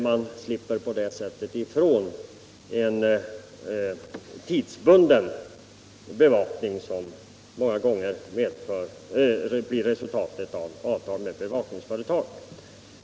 Man slipper på det sättet ifrån en tidsbunden bevakning, som många gånger blir resultatet av avtal med bevakningsföretag.